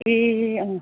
ए अँ